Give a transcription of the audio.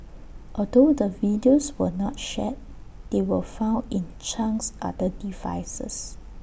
although the videos were not shared they were found in Chang's other devices